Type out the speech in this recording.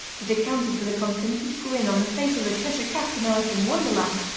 that accounted for the contented grin on the face of the cheshire cat in alice in wonderland.